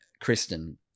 Kristen